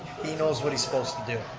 he knows what he's supposed to do.